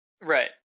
Right